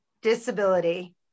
disability